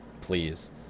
please